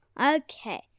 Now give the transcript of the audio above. okay